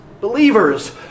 believers